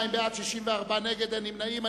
42 בעד, 64 נגד, אין נמנעים.